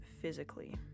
physically